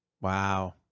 Wow